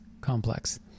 complex